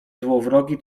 złowrogi